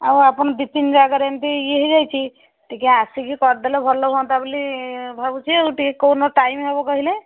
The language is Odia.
ଆଉ ଆପଣ ଦୁଇ ତିନି ଜାଗାରେ ଏମିତି ଇଏ ହୋଇଯାଇଛି ଟିକେ ଆସିକି କରିଦେଲେ ଭଲ ହୁଅନ୍ତା ବୋଲି ଭାବୁଛି ଆଉ ଟିକେ କୋଉନ ଟାଇମ ହେବ କହିଲେ